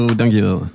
dankjewel